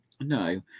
No